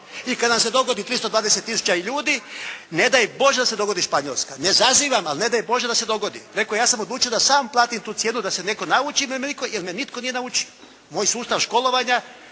I kad nam se dogodi 320 tisuća ljudi, ne daj Bože da se dogodi Španjolska. Ne zazivam ali ne daj Bože da se dogodi. Rekoh, ja sam odlučio da sam platim tu cijenu da se netko nauči, jer me nitko nije naučio. Moj sustav školovanja,